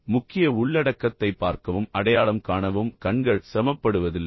எனவே முக்கிய உள்ளடக்கத்தைப் பார்க்கவும் அடையாளம் காணவும் கண்கள் சிரமப்படுவதில்லை